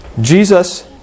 Jesus